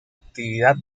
actividad